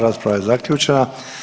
Rasprava je zaključena.